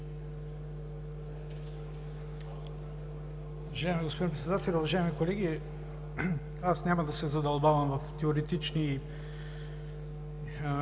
Уважаеми господин Председател, уважаеми колеги! Аз няма да се задълбавам в теоретични